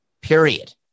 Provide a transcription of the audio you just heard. period